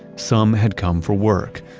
some had come for work,